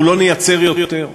אנחנו לא נייצר יותר,